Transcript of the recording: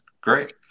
great